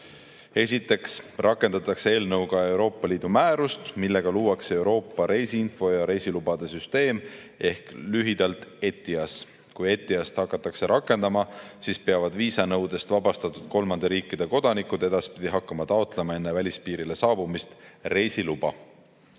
Esiteks rakendatakse eelnõuga Euroopa Liidu määrust, millega luuakse Euroopa reisiinfo ja reisilubade süsteem ehk lühidalt ETIAS. Kui seda hakatakse rakendama, siis peavad viisanõudest vabastatud kolmandate riikide kodanikud edaspidi hakkama taotlema enne välispiirile saabumist reisiluba.